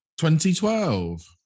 2012